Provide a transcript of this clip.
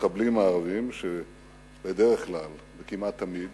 המחבלים הערבים, שבדרך כלל וכמעט תמיד